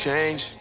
change